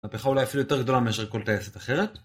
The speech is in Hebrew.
המהפכה אולי אפילו יותר גדולה מאשר כל טייסת אחרת